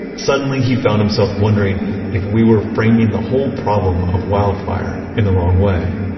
suddenly he found himself wondering if we were framing the whole problem of wildfire in the wrong way.